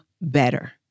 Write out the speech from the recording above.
better